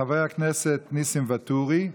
חבר הכנסת ניסים ואטורי.